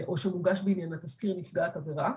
או שמוגש בעניינה תזכיר נפגעת עבירה.